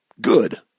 good